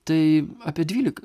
tai apie dvylik